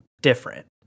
different